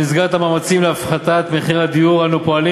במסגרת המאמצים להפחתת מחירי הדיור אנו פועלים